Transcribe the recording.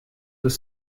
were